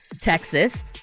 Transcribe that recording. Texas